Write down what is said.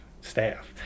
staff